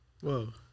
Whoa